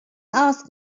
ask